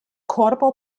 korpo